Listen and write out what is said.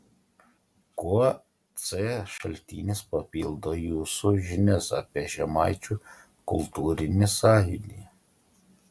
kuo c šaltinis papildo jūsų žinias apie žemaičių kultūrinį sąjūdį